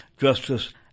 justice